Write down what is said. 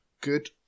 good